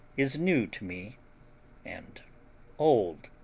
is new to me and old.